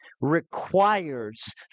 requires